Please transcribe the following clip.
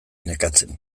nekatzen